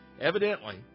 Evidently